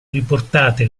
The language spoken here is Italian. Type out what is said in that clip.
riportate